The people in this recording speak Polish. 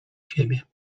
siebie